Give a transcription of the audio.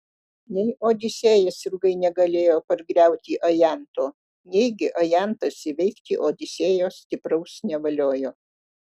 nei odisėjas ilgai negalėjo pargriauti ajanto neigi ajantas įveikti odisėjo stipraus nevaliojo